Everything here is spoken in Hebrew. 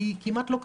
היא כמעט לא קיימת.